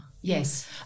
Yes